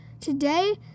Today